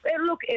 Look